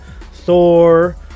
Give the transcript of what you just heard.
Thor